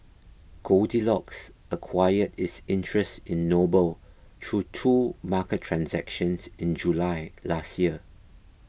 goldilocks acquired its interest in Noble through two market transactions in July last year